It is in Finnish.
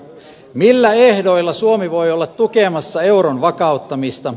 millä ehdoilla suomi voi olla tukemassa euron vakauttamista